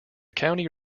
county